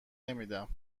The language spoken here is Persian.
نمیدم